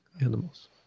animals